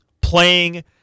playing